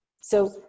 So-